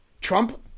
Trump